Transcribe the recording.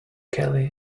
kelly